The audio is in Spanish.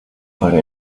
para